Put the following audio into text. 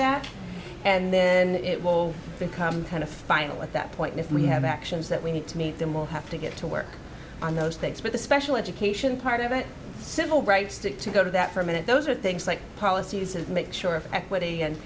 that and then it will become kind of final at that point if we have actions that we need to meet them we'll have to get to work on those things but the special education part of it civil rights to go to that for a minute those are things like policies and make sure of equity and